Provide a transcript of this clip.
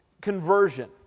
conversion